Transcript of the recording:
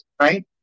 right